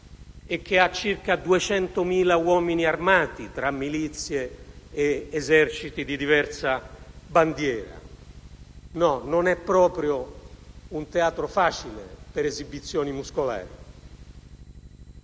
e che ha circa 200.000 uomini armati, tra milizie ed eserciti di diversa bandiera. No, non è proprio un teatro facile per esibizioni muscolari.